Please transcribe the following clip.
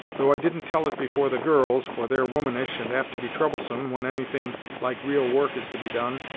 though i didn't tell it before the girls, for they're womanish, and apt to be troublesome when anything like real work is to be done,